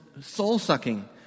soul-sucking